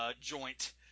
joint